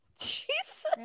Jesus